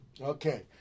Okay